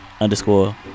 underscore